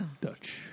Dutch